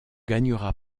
gagnera